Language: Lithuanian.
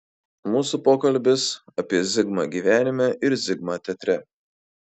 mūsų pokalbis apie zigmą gyvenime ir zigmą teatre